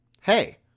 Hey